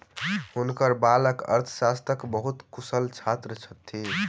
हुनकर बालक अर्थशास्त्रक बहुत कुशल छात्र छथि